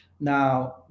now